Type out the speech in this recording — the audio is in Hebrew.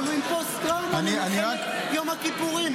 אבל הוא עם פוסט-טראומה ממלחמת יום הכיפורים.